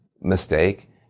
mistake